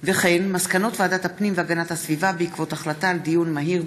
מסקנות ועדת הפנים והגנת הסביבה בעקבות דיון מהיר